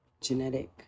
genetic